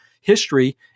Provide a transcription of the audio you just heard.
history